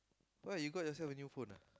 what you got yourself a new phone ah